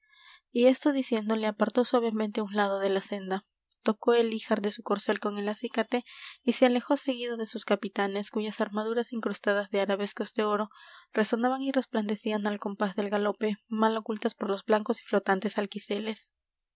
y esto diciendo le apartó suavemente á un lado de la senda tocó el ijar de su corcel con el acicate y se alejó seguido de sus capitanes cuyas armaduras incrustadas de arabescos de oro resonaban y resplandecían al compás del galope mal ocultas por los blancos y flotantes